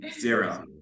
Zero